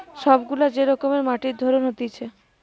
সব গুলা যে রকমের মাটির ধরন হতিছে